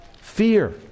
Fear